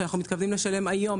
שאנחנו מתכוונים לשלם היום,